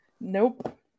Nope